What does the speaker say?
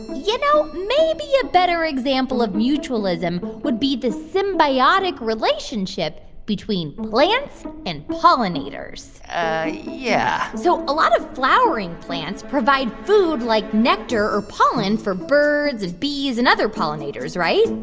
you know, maybe a better example of mutualism would be the symbiotic relationship between plants and pollinators yeah so a lot of flowering plants provide food like nectar or pollen for birds and bees and other pollinators, right?